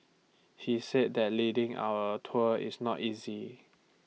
he said that leading our tour is not easy